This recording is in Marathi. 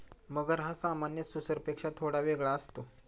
मगर हा सामान्य सुसरपेक्षा थोडा वेगळा असतो